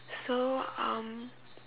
so um